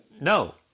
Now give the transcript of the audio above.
no